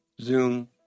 Zoom